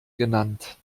genannt